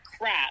crap